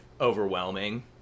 overwhelming